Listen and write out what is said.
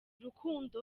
urukundo